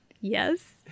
Yes